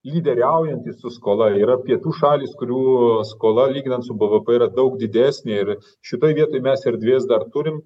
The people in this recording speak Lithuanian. lyderiaujantys su skola yra pietų šalys kurių skola lyginant su bvp yra daug didesnė ir šitoj vietoj mes erdvės dar turim